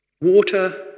Water